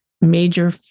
major